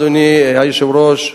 אדוני היושב-ראש,